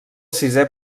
sisè